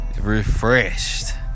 refreshed